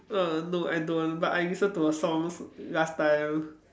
uh no I don't but I listen to her songs last time